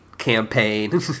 campaign